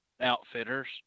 outfitters